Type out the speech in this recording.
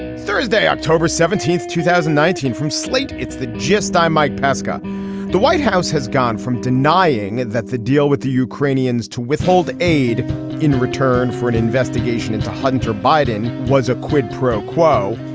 thursday october seventeenth two thousand and nineteen from slate it's the gist i'm mike pesca the white house has gone from denying that the deal with the ukrainians to withhold aid in return for an investigation into hunter biden was a quid pro quo.